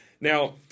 Now